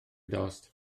dost